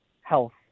health